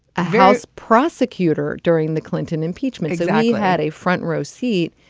a house prosecutor during the clinton impeachment. so yeah you had a front row seat